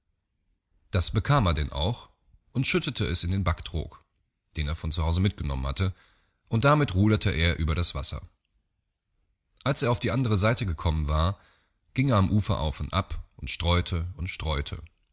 das bekam er denn auch und schüttete es in den backtrog den er von hause mitgenommen hatte und damit ruderte er über das wasser als er auf die andre seite gekommen war ging er am ufer auf und ab und streu'te und streu'te